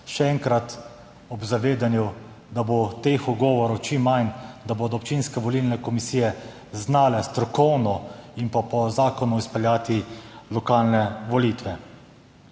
še enkrat, ob zavedanju, da bo teh ugovorov čim manj, da bodo občinske volilne komisije znale strokovno in pa po zakonu izpeljati lokalne volitve.